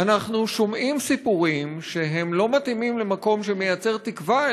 אנחנו שומעים סיפורים שלא מתאימים למקום שמייצר תקווה,